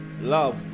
Love